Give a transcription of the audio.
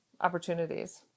opportunities